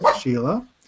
Sheila